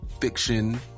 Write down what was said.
fiction